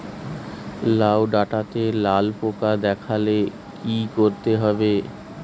লাউ ডাটাতে লাল পোকা দেখালে কি করতে হবে?